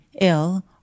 ill